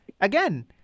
Again